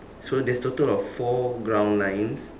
so there's total of four ground lines